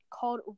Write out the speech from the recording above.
called